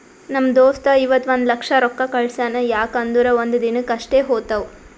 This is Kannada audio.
ನಮ್ ದೋಸ್ತ ಇವತ್ ಒಂದ್ ಲಕ್ಷ ರೊಕ್ಕಾ ಕಳ್ಸ್ಯಾನ್ ಯಾಕ್ ಅಂದುರ್ ಒಂದ್ ದಿನಕ್ ಅಷ್ಟೇ ಹೋತಾವ್